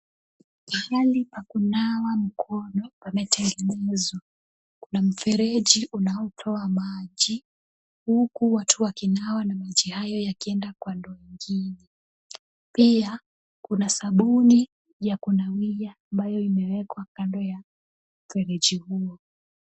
Pahali pa kubawa mkono yametengenezwa. Kuna mfereji unaotoa maji huku watu wakinawa na maji hayo yakienda kwa ndoo ingine. Pia kuna sabuni ya kunawia ambayo imeekwa kwa mfereji huo.